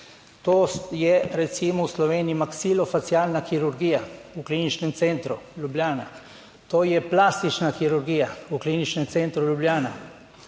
To je recimo v Sloveniji maksilofacialna kirurgija v Kliničnem centru Ljubljana, to je plastična kirurgija v Kliničnem centru Ljubljana.